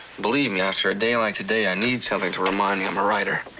believe me, after a day like today i need something to remind me i'm a writer.